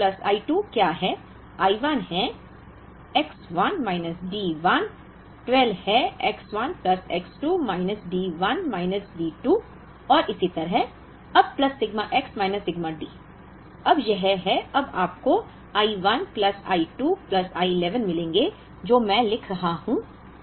I 1 है X 1 minus D 1 I 2 है X 1 plus X 2 minus D 1 minus D 2 और इसी तरह तब plus sigma X minus sigma D अब यह है अब आपको I 1 plus I 2 plus I 11 मिलेंगे जो मैं लिख रहा हूं